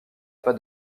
pas